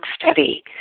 Study